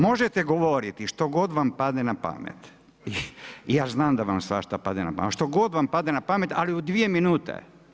Možete govoriti što god vam padne na pamet i ja znam da vam svašta pada na pamet, što god vam padne na pamet ali u dvije minute.